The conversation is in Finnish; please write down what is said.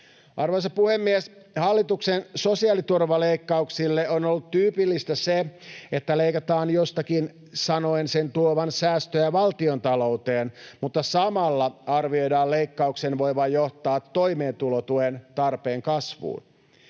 Arvoisa puhemies! Hallituksen sosiaaliturvaleikkauksille on ollut tyypillistä se, että leikataan jostakin sanoen sen tuovan säästöjä valtiontalouteen mutta samalla arvioidaan leikkauksen voivan johtaa toimeentulotuen tarpeen kasvuun.